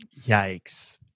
Yikes